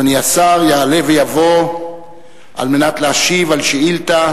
אדוני השר יעלה ויבוא על מנת להשיב על שאילתא